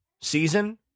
Season